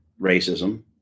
racism